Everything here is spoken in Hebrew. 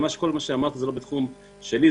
כל מה שאמרת לא בתחום שלי,